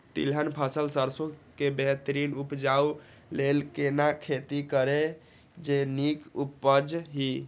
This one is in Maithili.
तिलहन फसल सरसों के बेहतरीन उपजाऊ लेल केना खेती करी जे नीक उपज हिय?